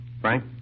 Frank